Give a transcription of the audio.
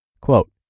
Quote